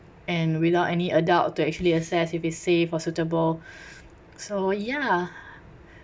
and without any adult to actually assess if it's safe or suitable so ya